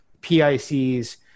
PICs